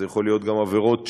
זה יכול להיות גם עבירות מין,